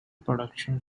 production